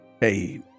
hey